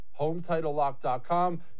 Hometitlelock.com